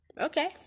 Okay